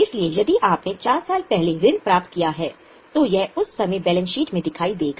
इसलिए यदि आपने 4 साल पहले ऋण प्राप्त किया है तो यह उस समय बैलेंस शीट में दिखाई देगा